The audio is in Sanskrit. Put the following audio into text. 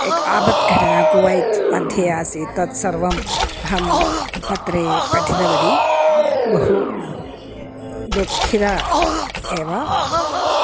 एका आपत्घटना कुवैत्मध्ये आसीत् तत्सर्वम् अहं पत्रे पठितवती बहु दुःखिता एव